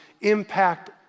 impact